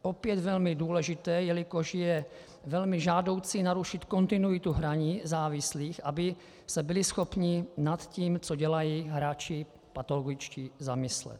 Opět velmi důležité, jelikož je velmi žádoucí narušit kontinuitu hraní závislých, aby se byli schopni nad tím, co dělají, patologičtí hráči zamyslet.